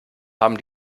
haben